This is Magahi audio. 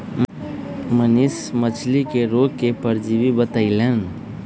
मनीष मछ्ली के रोग के परजीवी बतई लन